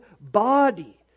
body